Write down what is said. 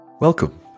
Welcome